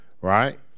Right